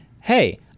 hey